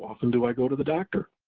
often do i go to the doctor?